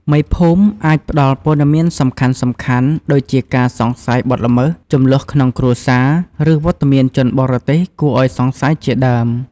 មេភូមិអាច ផ្ដល់ព័ត៌មានសំខាន់ៗ ដូចជាការសង្ស័យបទល្មើស ជម្លោះក្នុងគ្រួសារ ឬវត្តមានជនបរទេសគួរឱ្យសង្ស័យជាដើម។